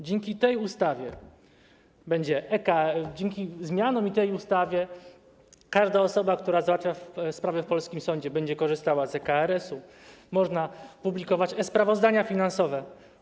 Dzięki tej ustawie będzie EKL, dzięki zmianom i tej ustawie każda osoba, która załatwia sprawę w polskim sądzie, będzie korzystała z e-KRS-u, będzie można publikować e-sprawozdania finansowe.